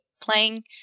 playing